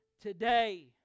Today